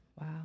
Wow